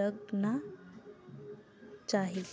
लगना चाहि